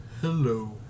Hello